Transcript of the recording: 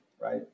right